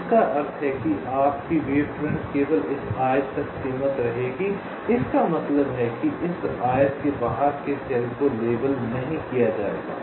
जिसका अर्थ है कि आपकी वेव फ्रंट केवल इस आयत तक सीमित रहेगी इसका मतलब है कि इस आयत के बाहर की सेल को लेबल नहीं किया जाएगा